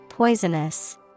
Poisonous